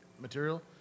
material